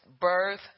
birth